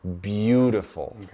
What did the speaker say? beautiful